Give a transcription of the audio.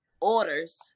orders